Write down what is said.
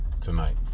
tonight